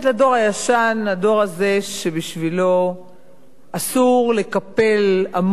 הדור הזה שבשבילו אסור לקפל עמוד בספר,